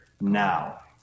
now